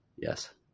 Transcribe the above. Yes